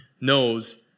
knows